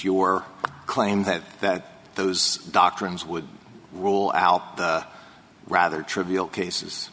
your claim that that those doctrines would rule out the rather trivial cases